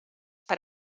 per